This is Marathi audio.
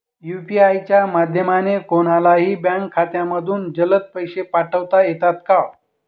यू.पी.आय च्या माध्यमाने कोणलाही बँक खात्यामधून जलद पैसे पाठवता येतात का?